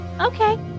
Okay